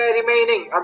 remaining